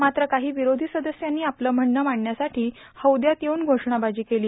मात्र काही विरोधी सदस्यांनी आपलं म्हणणं मांडण्यासाठी हौद्यात येवून घोषणाबाजी केली